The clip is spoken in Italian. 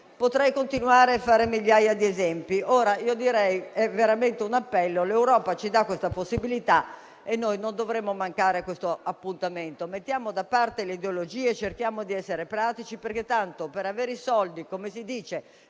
Potrei continuare e fare migliaia di esempi. Il mio è veramente un appello: l'Europa ci dà questa possibilità e noi non dovremmo mancare questo appuntamento. Mettiamo da parte le ideologie e cerchiamo di essere pratici, perché per avere i soldi (come si dice,